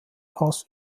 hass